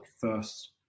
first